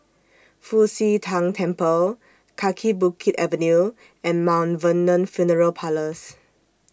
Fu Xi Tang Temple Kaki Bukit Avenue and Maint Vernon Funeral Parlours